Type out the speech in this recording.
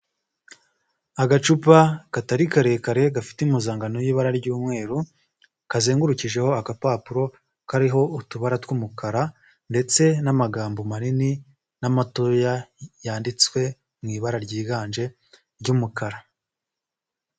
Agacupa katari karekare gafite impuzangano y'ibara ry'umweru, kazengurukijeho agapapuro kariho utubara tw'umukara ndetse n'amagambo manini n'amatoya yanditswe mu ibara ryiganje ry'umukara.